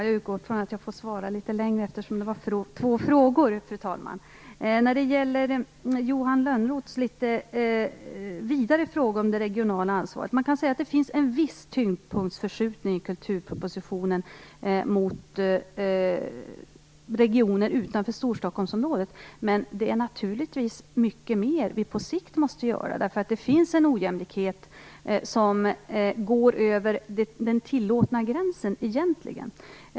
Fru talman! Jag skall börja med Johan Lönnroths litet vidare fråga om det regionala ansvaret. Man kan säga att det finns en viss tyngdpunktsförskjutning i kulturpropositionen till regioner utanför Storstockholmsområdet. Men på sikt måste vi naturligtvis göra mycket mer. Det finns en ojämlikhet som egentligen går utöver den tillåtna gränsen.